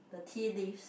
the tea leaves